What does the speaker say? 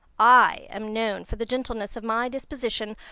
i am known for the gentleness of my disposition,